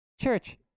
Church